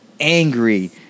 angry